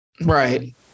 Right